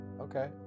okay